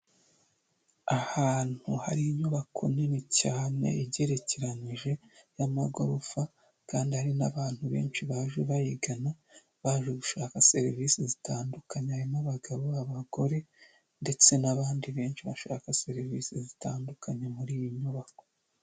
Ahantu hari inyubako nini cyane igerekeranije n'amagorofa kandi hari n'abantu benshi baje bayigana baje gushaka serivise zitandukanye, harimo abagabo, abagore ndetse n'abandi benshi bashaka serivise zitandukanye muri iyi nyubako.